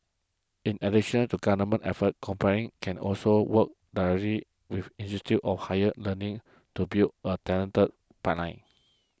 in addition to government efforts companies can also work directly with institutes of higher learning to build a talented pipeline